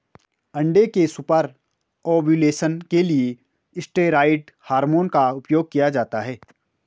अंडे के super ovulation के लिए स्टेरॉयड हार्मोन का उपयोग किया जाता है